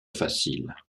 facile